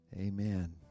Amen